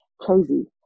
Crazy